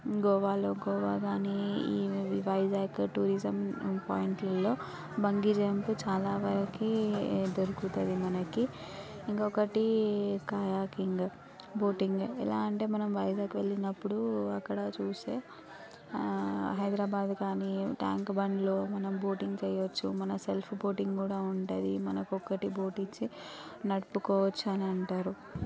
గోవాలో గోవా కానీ ఈ వైజాగ్ టూరిజం పాయింట్లలో బంగి జంప్ చాలా వరకు దొరుకుతది మనకి ఇంకొకటి హైకింగ్ బోటింగ్ ఎలా అంటే మనం వైజాగ్ వెళ్ళినప్పుడు అక్కడ చూస్తే హైదరాబాదు కానీ ఏం ట్యాంక్ బండ్లు మనం బోటింగ్ చేయొచ్చు మన సెల్ఫ్ బోటింగ్ కూడా ఉంటుంది మనకు ఒకటి బోటిచ్చి నడుపుకోవచ్చు అని అంటారు